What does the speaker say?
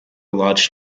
large